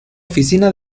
oficina